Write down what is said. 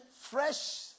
fresh